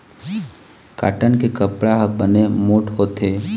cotton के कपड़ा ह बने मोठ्ठ होथे